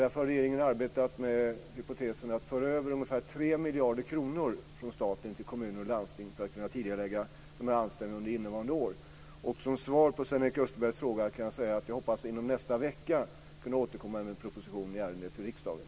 Regeringen har arbetat med hypotesen att föra över ungefär 3 miljarder kronor från staten till kommuner och landsting just för att kunna tidigarelägga de här anställningarna under innevarande år. Som svar på Sven-Erik Österbergs fråga kan jag säga att jag hoppas att inom nästa vecka kunna återkomma till riksdagen med en proposition i ärendet.